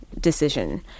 decision